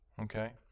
okay